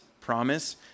promise